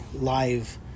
live